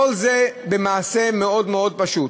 כל זה, במעשה מאוד מאוד פשוט